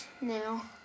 now